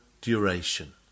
duration